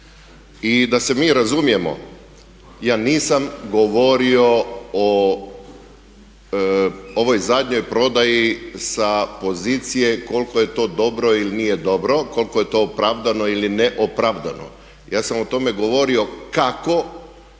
I da se mi razumijemo, ja nisam govorio o ovoj zadnjoj prodaji sa pozicije koliko je to dobro ili nije dobro, koliko je to opravdano ili neopravdano. Ja sam o tome govorio kako